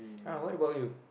ah what about you